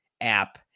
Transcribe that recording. app